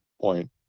point